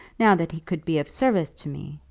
now that he could be of service to me?